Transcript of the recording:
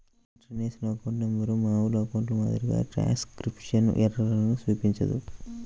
international account number మామూలు అకౌంట్ల మాదిరిగా ట్రాన్స్క్రిప్షన్ ఎర్రర్లను చూపించదు